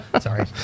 Sorry